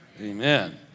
Amen